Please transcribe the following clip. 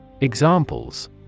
Examples